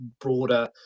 broader